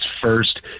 first